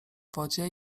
wodzie